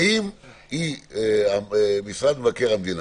האם משרד מבקר המדינה,